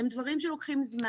הם דברים שלוקחים זמן.